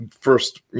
first